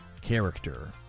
character